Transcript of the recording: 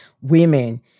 women